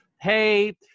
hey